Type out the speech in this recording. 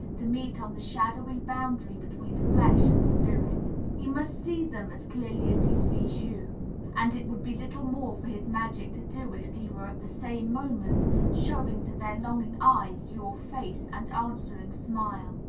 to meet on the shadowy boundary between flesh and spirit. he must see them as clearly as he sees you and it would be little more for his magic to do if he were at the same moment showing to their longing eyes your face and answering smile.